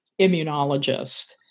immunologist